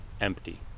empty